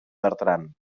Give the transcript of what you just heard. bertran